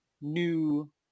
new